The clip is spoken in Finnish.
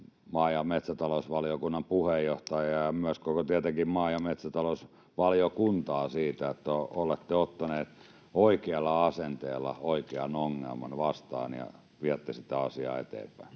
maa- ja metsätalousvaliokunnan puheenjohtajaa, ja tietenkin myös koko maa- ja metsätalousvaliokuntaa siitä, että olette ottaneet oikealla asenteella vastaan oikean ongelman ja viette sitä asiaa eteenpäin.